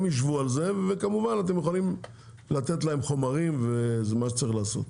הם יישבו על זה וכמובן אתם יכולים לתת להם חומרים ומה שצריך לעשות.